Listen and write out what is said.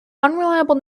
unreliable